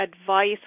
advice